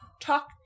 talk